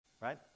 Right